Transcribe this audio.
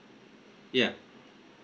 yeah